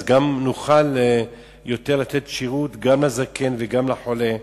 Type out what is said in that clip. גם נוכל לתת יותר שירות גם לזקן וגם לחולה,